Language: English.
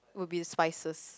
would be spices